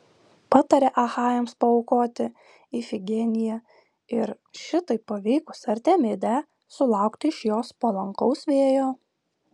patarė achajams paaukoti ifigeniją ir šitaip paveikus artemidę sulaukti iš jos palankaus vėjo